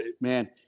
man